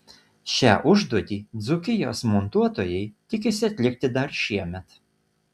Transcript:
šią užduotį dzūkijos montuotojai tikisi atlikti dar šiemet